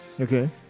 Okay